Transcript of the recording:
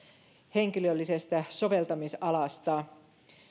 henkilöllisestä soveltamisalasta